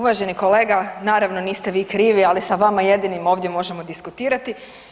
Uvaženi kolega naravno niste vi krivi ali sa vama jedinim ovdje možemo diskutirati.